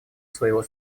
своего